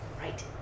Right